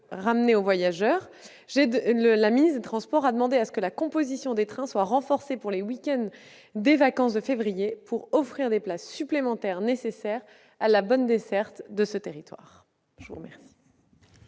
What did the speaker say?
ramené au voyageur, la ministre chargée des transports a demandé que la composition des trains soit renforcée pour les week-ends des vacances de février pour offrir des places supplémentaires nécessaires à la bonne desserte de ce territoire. La parole